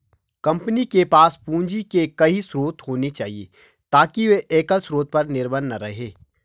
company के पास पूंजी के कई स्रोत होने चाहिए ताकि वे एकल स्रोत पर निर्भर न रहें